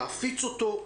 להפיץ אותו,